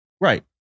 Right